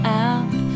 out